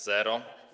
Zero.